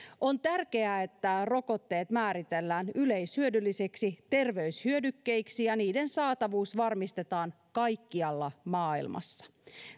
on tärkeää että rokotteet määritellään yleishyödyllisiksi terveyshyödykkeiksi ja niiden saatavuus varmistetaan kaikkialla maailmassa